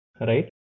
right